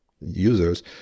users